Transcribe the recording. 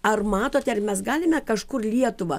ar matote ar mes galime kažkur lietuvą